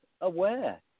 aware